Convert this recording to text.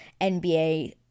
NBA